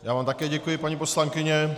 Já vám také děkuji, paní poslankyně.